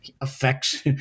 affects